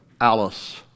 Alice